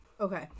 Okay